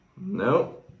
No